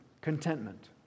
contentment